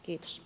kiitos